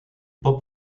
pas